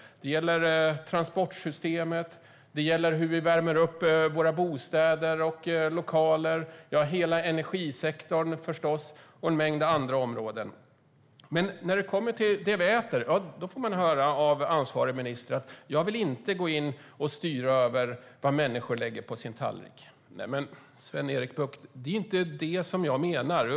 Det gäller transportsystemet, hur vi värmer upp våra bostäder och lokaler, hela energisektorn, förstås, och en mängd andra områden. Men när det kommer till det vi äter får man höra av ansvarig minister att han inte vill gå in och styra över vad människor lägger på sin tallrik. Men, Sven-Erik Bucht, det är inte det jag menar!